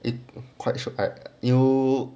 it's quite shiok you